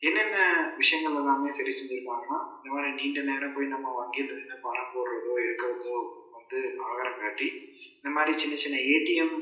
என்னென்ன விஷயங்கள் எல்லாமே சரி செஞ்சுருக்காங்கன்னா இந்த மாதிரி நீண்ட நேரம் போய் நம்ம வங்கியில் நின்று பணம் போடுறதோ எடுக்கிறதோ வந்து ஆதாரம் காட்டி இந்த மாதிரி சின்ன சின்ன ஏடிஎம்